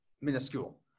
minuscule